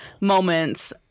moments